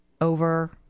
over